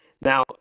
now